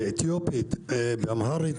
באמהרית,